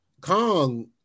Kong